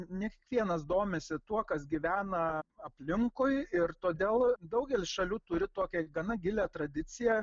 ne kiekvienas domisi tuo kas gyvena aplinkui ir todėl daugelis šalių turi tokią gana gilią tradiciją